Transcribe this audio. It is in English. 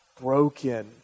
broken